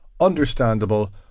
understandable